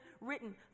written